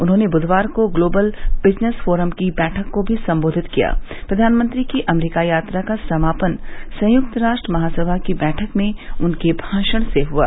उन्होंने बुधवार को ग्लोबल बिजनेस फोरम की बैठक को भी संबोधित किया प्रधानमंत्री की अमरीका यात्रा का समापन संयुक्त राष्ट्र महासभा की बैठक में उनके भाषण से हुआ